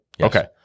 Okay